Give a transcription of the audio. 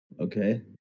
Okay